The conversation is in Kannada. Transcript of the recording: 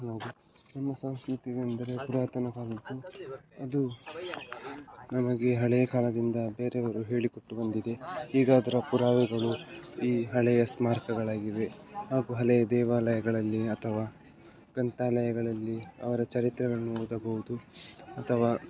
ನಮ್ಮ ಸಂಸ್ಕೃತಿಯೆಂದರೆ ಪುರಾತನವಾದದ್ದು ಅದು ನಮಗೆ ಹಳೆಯ ಕಾಲದಿಂದ ಬೇರೆಯವರು ಹೇಳಿಕೊಟ್ಟು ಬಂದಿದೆ ಈಗ ಅದರ ಪುರಾವೆಗಳು ಈ ಹಳೆಯ ಸ್ಮಾರಕಗಳಾಗಿವೆ ಹಾಗು ಹಳೇ ದೇವಾಲಯಗಳಲ್ಲಿ ಅಥವಾ ಗ್ರಂಥಾಲಯಗಳಲ್ಲಿ ಅವರ ಚರಿತ್ರೆಗಳನ್ನು ಓದಬೋದು ಅಥವಾ